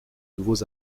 nouveaux